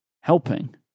helping